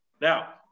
Now